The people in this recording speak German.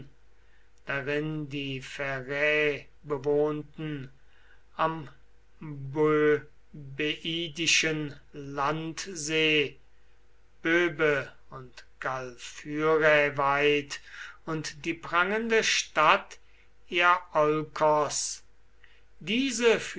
die pherä bewohnten am böbedischen landsee böbe und glaphyrä weit und die prangende stadt iaolkos diese